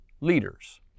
leaders